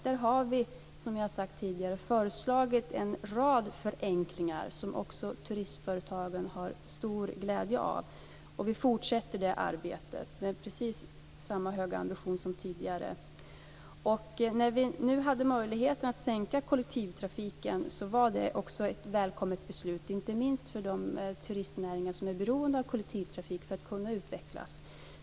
Där har vi som vi har sagt tidigare föreslagit en rad förenklingar som också turistföretagen har stor glädje av. Vi fortsätter det arbetet med precis samma höga ambition som tidigare. När vi nu hade möjligheten att sänka momsen för kollektivtrafiken var det ett välkommet beslut inte minst för de turistnäringar som är beroende av kollektivtrafik för att kunna utvecklas.